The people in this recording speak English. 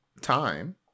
time